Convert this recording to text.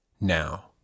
now